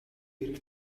хэрэгт